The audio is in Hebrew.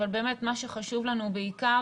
אבל באמת מה שחשוב לנו בעיקר